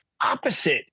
opposite